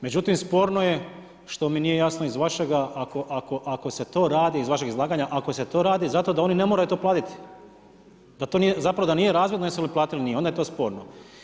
Međutim, sporno je, što mi nije jasno iz vašega, ako se to radi iz vašeg izlaganja, ako se to radi, zato da oni ne moraju to platiti, zapravo da nije razlog jesu li platili ili nije, onda je to sporno.